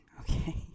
okay